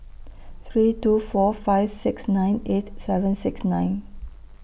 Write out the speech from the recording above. three two four five six nine eight seven six nine